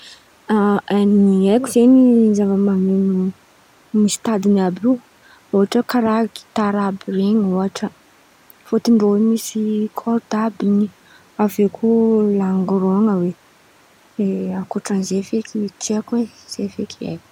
Ny haiko zaka misy tadiny àby io ôhatra karà gitara àby ren̈y ôhatra fôtony rô in̈y misy kôrda àby in̈y aveo koa langorôgna ankoatrany zen̈y feky tsy haiko ai ze feky haiko.